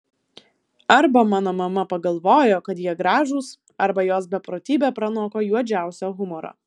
arba mano mama pagalvojo kad jie gražūs arba jos beprotybė pranoko juodžiausią humorą